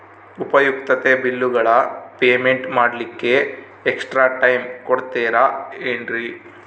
ಉಪಯುಕ್ತತೆ ಬಿಲ್ಲುಗಳ ಪೇಮೆಂಟ್ ಮಾಡ್ಲಿಕ್ಕೆ ಎಕ್ಸ್ಟ್ರಾ ಟೈಮ್ ಕೊಡ್ತೇರಾ ಏನ್ರಿ?